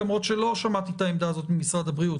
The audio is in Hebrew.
למרות שלא שמעתי את העמדה הזו ממשרד הבריאות.